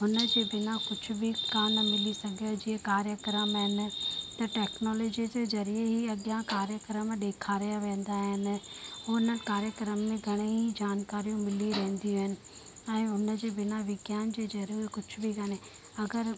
हुनजे बिना कुझु बि कान मिली सघे जीअं कार्यक्रम आहिनि त टैक्नोलॉजी जे ज़रिए ही अॻियां कार्यक्रम ॾेखारिया वेंदा आहिनि हुन कार्यक्रम में घणेई जानकारियूं मिली वेंदियूं आहिनि ऐं हुनजे बिना विज्ञान जो ज़रिए कुझु बि काने अगरि